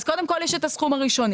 אז קודם כל יש את הסכום הראשוני.